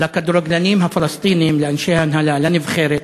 לכדורגלנים הפלסטינים, לאנשי ההנהלה, לנבחרת,